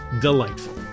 delightful